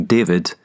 David